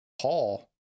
Paul